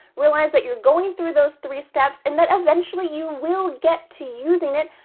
realize that you're going through those three steps, and that eventually you will get to using it,